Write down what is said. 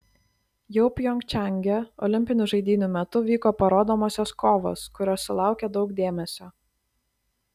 jau pjongčange olimpinių žaidynių metu vyko parodomosios kovos kurios sulaukė daug dėmesio